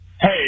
Hey